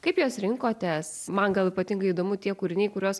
kaip juos rinkotės man gal ypatingai įdomu tie kūriniai kuriuos